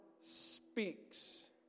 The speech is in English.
speaks